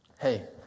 hey